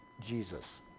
Jesus